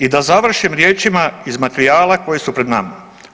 I da završim riječima iz materijala koji su pred nama.